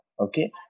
Okay